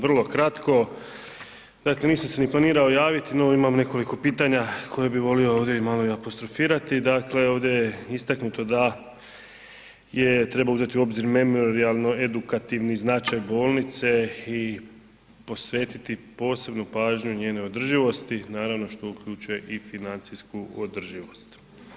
Vrlo kratko, dakle nisam se ni planirao javiti no imam nekoliko pitanja koje bi volio ovdje i malo i apostrofirati, dakle ovdje je istaknuto da treba uzeti u obzir memorijalno-edukativni značaj bolnice i posvetiti posebnu pažnju njenoj održivosti naravno što uključuje i financijsku održivost.